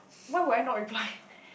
why would I not reply